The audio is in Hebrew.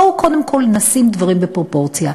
בואו קודם כול נשים דברים בפרופורציה.